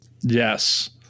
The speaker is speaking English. Yes